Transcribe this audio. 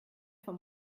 vom